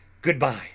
Goodbye